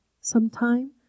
sometime